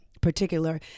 particular